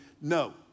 No